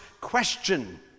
question